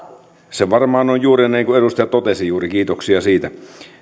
se varmaan on juuri niin kuin edustaja totesi juuri kiitoksia siitä